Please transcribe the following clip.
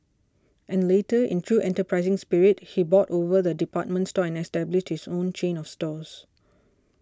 and later in true enterprising spirit he bought over the department store and established his own chain of stores